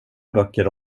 böcker